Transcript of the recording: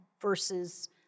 versus